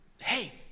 hey